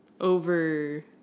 over